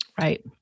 right